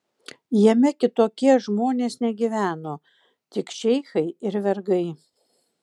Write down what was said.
jame kitokie žmonės negyveno tik šeichai ir vergai